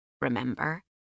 remember